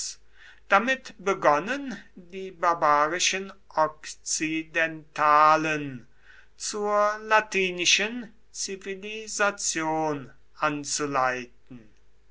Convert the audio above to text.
damit begonnen die barbarischen okzidentalen zur latinischen zivilisation anzuleiten